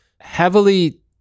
heavily